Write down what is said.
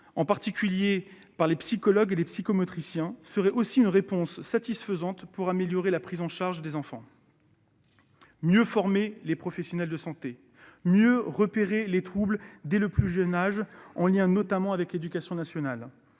sont pratiqués par les psychologues et les psychomotriciens, serait aussi une réponse satisfaisante pour améliorer la prise en charge des enfants. Mieux former les professionnels de santé, mieux repérer les troubles dès le plus jeune âge, en liaison notamment avec l'éducation nationale,